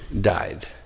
died